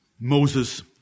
Moses